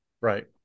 Right